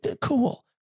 Cool